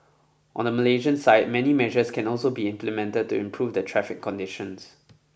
on the Malaysian side many measures can also be implemented to improve the traffic conditions